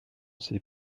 s’est